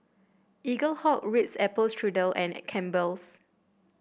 Eaglehawk Ritz Apple Strudel and a Campbell's